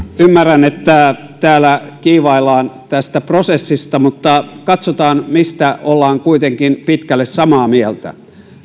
ymmärrän että täällä kiivaillaan tästä prosessista mutta katsotaan mistä ollaan kuitenkin pitkälle samaa mieltä